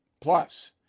Plus